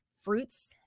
fruits